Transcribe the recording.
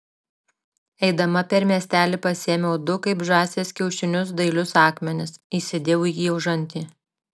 eidama per miestelį pasiėmiau du kaip žąsies kiaušinius dailius akmenis įsidėjau į užantį